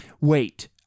wait